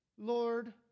Lord